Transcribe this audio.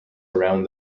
around